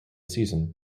season